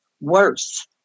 worse